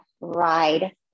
ride